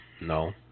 No